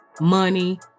money